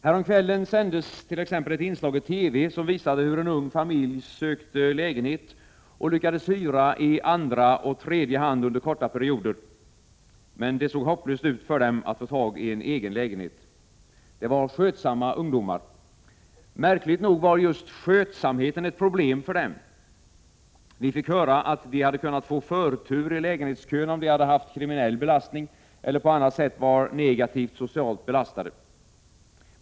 Häromkvällen sändes t.ex. ett inslag i TV som visade hur en ung familj sökte lägenhet och lyckades hyra i andra och tredje hand under korta perioder, men det såg hopplöst ut för familjen att få tag i en egen lägenhet. Det var skötsamma ungdomar. Märkligt nog var just skötsamheten ett problem för dem. Vi fick höra att de hade kunnat få förtur i lägenhetskön om de hade haft kriminell belastning — eller på annat sätt var negativt socialt belastade.